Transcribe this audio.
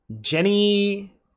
Jenny